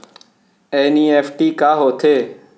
NEFT का होथे?